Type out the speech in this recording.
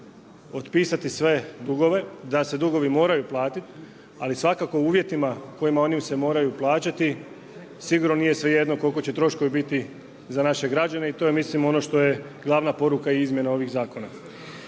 će otpisati sve dugove, da se dugovi moraju platiti, ali svakako u uvjetima u kojima se oni moraju plaćati, sigurno nije svejedno koliki će troškovi biti za naše građane i to je mislim ono što je glavna poruka i izmjena ovih zakona.